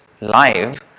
live